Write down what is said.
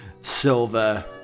silver